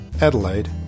Adelaide